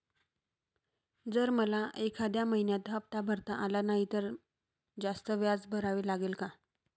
जर मला एखाद्या महिन्यात हफ्ता भरता आला नाही तर जास्त व्याज भरावे लागेल का?